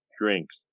drinks